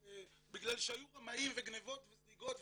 בגלל שהיו רמאים וגניבות וזליגות וכו',